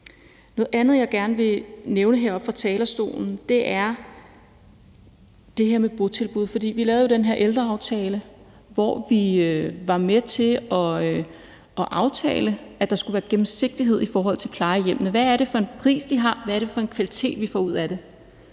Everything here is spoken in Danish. Noget andet, jeg gerne vil nævne her fra talerstolen, er det her med botilbud. Vi lavede den her ældreaftale, hvor vi var med til at aftale, at der skulle være gennemsigtighed i forhold til plejehjemmene. Hvad er det for en pris, de har, hvad er det for en kvalitet, vi får ud af det?